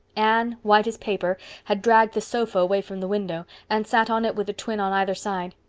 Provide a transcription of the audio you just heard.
anne, white as paper, had dragged the sofa away from the window and sat on it with a twin on either side.